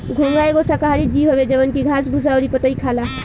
घोंघा एगो शाकाहारी जीव हवे जवन की घास भूसा अउरी पतइ खाला